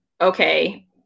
okay